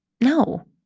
No